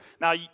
Now